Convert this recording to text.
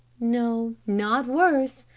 no not worse,